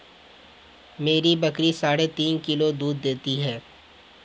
मेरी बकरी साढ़े तीन किलो दूध देती है